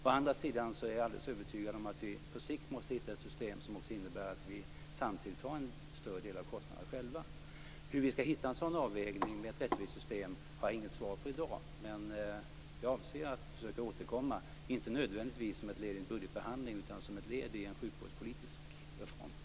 Å andra sidan är jag alldeles övertygad om att vi på sikt måste hitta ett system som innebär att vi tar en större del av kostnaderna själva. Hur vi skall hitta en sådan avvägning med ett rättvist system har jag inte något svar på i dag. Men jag avser att försöka återkomma, inte nödvändigtvis som ett led i en budgetbehandling utan som ett led i en sjukvårdspolitisk reform.